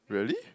really